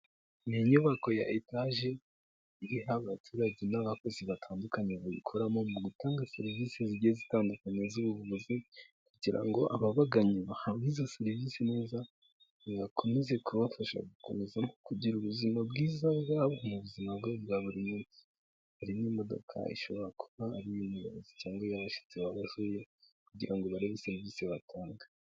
Ni inyubako ya etaje iriho abaturage n'abakozi batandukanye bayikoramo mu gutanga serivisi zigiye zitandukanye z'ubuvuzi kugira ngo ababaganye bahabwe izo serivisi neza, nibakomeze kubafasha gukomeza kugira ubuzima bwiza bwabo mu buzima bwa buri munsi, harimo imodoka ishobora kuba ariy'umuyobozi cyangwa iy'abashyitsi babasuye kugira ngo barebe serivisi batanga.